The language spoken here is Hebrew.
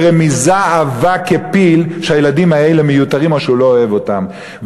ברמיזה עבה כפיל שהילדים האלה מיותרים או שהוא לא אוהב אותם.